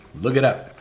look it up.